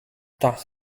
that